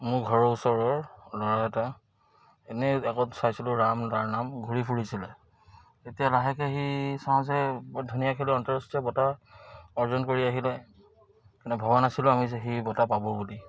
মোৰ ঘৰৰ ওচৰৰ ল'ৰা এটা এনেই চাইছিলোঁ ৰাম তাৰ নাম ঘূৰি ফুৰিছিলে এতিয়া লাহেকে সি চাওঁ যে বৰ ধুনীয়াকে আন্তঃৰাষ্ট্ৰীয় বঁটা অৰ্জন কৰি আহিলে কিন্তু ভবা নাছিলোঁ আমি যে সি বঁটা পাব বুলি